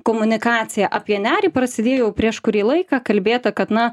komunikacija apie nerį prasidėjo jau prieš kurį laiką kalbėta kad na